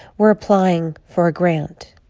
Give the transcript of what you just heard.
we're applying for a grant.